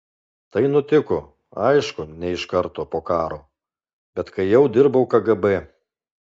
tai nutiko aišku ne iš karto po karo bet kai jau dirbau kgb